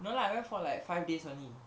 no lah I went for like five days only